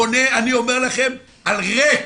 אני פונה, אני אומר לכם, על ריק.